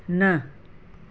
न